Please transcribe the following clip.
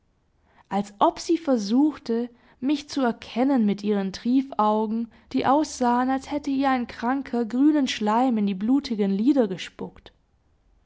als ob sie versuchte mich zu erkennen mit ihren triefaugen die aussahen als hätte ihr ein kranker grünen schleim in die blutigen lider gespuckt